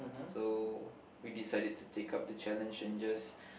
so we decided to take up the challenge and just